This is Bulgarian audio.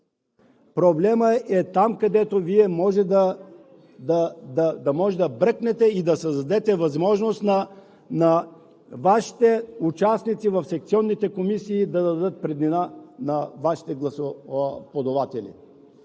Проблемът е там, където може Вие да бръкнете и да създадете възможност на Вашите участници в секционните комисии да дадат преднина на Вашите гласоподаватели.